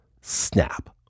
snap